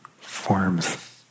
Forms